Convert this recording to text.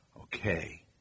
Okay